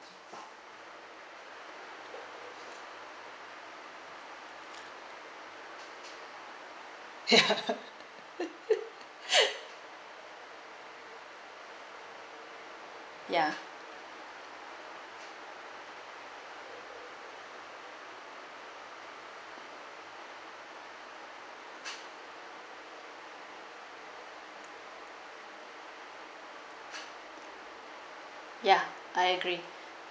ya ya I agree